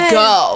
go